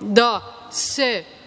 da bude